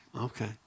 okay